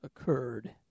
occurred